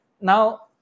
Now